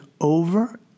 over